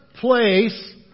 place